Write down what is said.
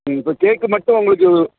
ம் இப்போ கேக்கு மட்டும் உங்களுக்கு